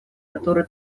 который